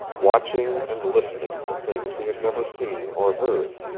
watching and listening for things he had never seen or heard.